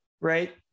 right